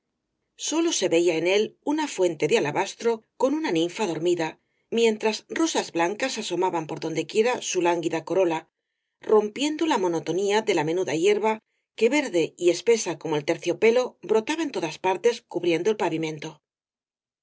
sólo se veía en él una fuente de alabastro con una ninfa dormida mientras rosas blancas asomaban por dondequiera su lánguida corola rompiendo la monotonía de la menuda hierba que verde y espesa como el terciopelo brotaba en todas partes cubriendo el pavimento el caballero de